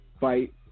fight